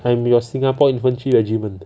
I am your singapore infantry regiment